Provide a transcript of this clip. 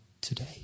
today